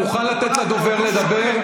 אתה מוכן לתת לדובר לדבר?